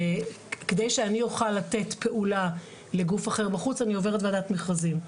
כדי שאני אוכל לתת פעולה לגוף אחר בחוץ אני עוברת ועדת מכרזים.